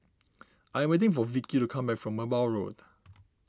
I'm waiting for Vickey to come back from Merbau Road